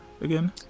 again